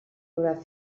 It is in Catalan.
haurà